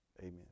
amen